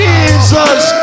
Jesus